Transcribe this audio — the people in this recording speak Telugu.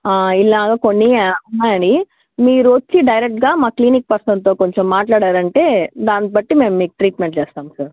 ఇలాగ కొన్ని ఉన్నాయి మీరు వచ్చి డైరెక్ట్గా మా క్లినిక్ పర్సన్తో కొంచెం మాట్లాడారంటే దాన్ని బట్టి మేము మీకు ట్రీట్మెంట్ చేస్తాము సార్